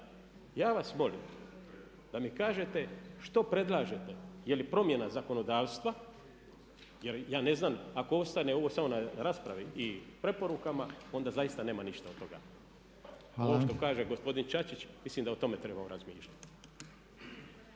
ja vas molim da mi kažete što predlažete je li promjena zakonodavstva, jer ja ne znam ako ostane ovo samo na raspravi i preporukama onda zaista nema ništa od toga. Kako kaže gospodin Čačić, mislim da o tome trebamo razmišljati.